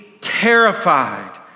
terrified